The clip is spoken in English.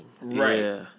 Right